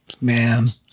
Man